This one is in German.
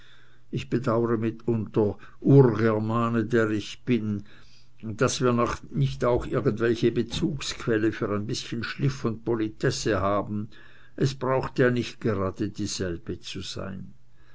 ich bedauere mitunter urgermane der ich bin daß wir nicht auch irgendwelche bezugsquelle für ein bißchen schliff und politesse haben es braucht ja nicht gerade dieselbe zu sein